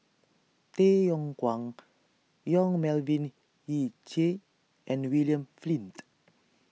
Tay Yong Kwang Yong Melvin Yik Chye and William Flint